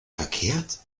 verkehrt